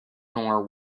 nor